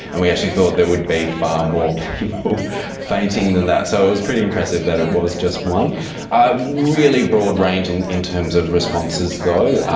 and we actually thought there would be far more people fainting than that, so it was pretty impressive that it was just one. a really broad range in in terms of responses though.